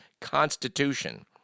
constitution